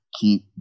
keep